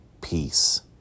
peace